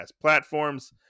platforms